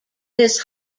this